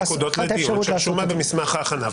אחת הנקודות לדיון שרשומה במסמך ההכנה,